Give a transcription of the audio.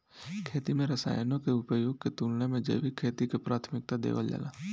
खेती में रसायनों के उपयोग के तुलना में जैविक खेती के प्राथमिकता देवल जाला